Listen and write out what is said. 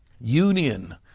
Union